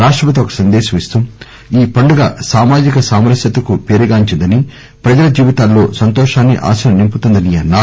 రాష్టపతి ఒక సందేశం ఇస్తూ ఈ పండుగ సామాజిక సామరస్యతకు పేరుగాంచిందని ప్రజల జీవితాల్లో సంతోషాన్ని ఆశను నింపుతుందని అన్నారు